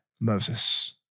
Moses